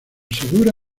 segura